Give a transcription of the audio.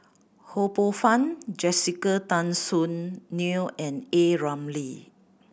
Ho Poh Fun Jessica Tan Soon Neo and A Ramli